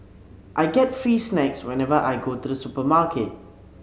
I get free snacks whenever I go to the supermarket